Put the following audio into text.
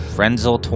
Frenzel